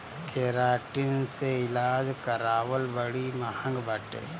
keratin से इलाज करावल बड़ी महँग बाटे